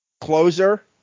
Closer